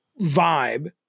vibe